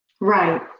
Right